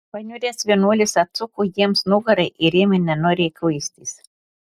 paniuręs vienuolis atsuko jiems nugarą ir ėmė nenoriai kuistis